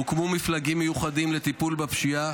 הוקמו מפלגים מיוחדים לטיפול בפשיעה,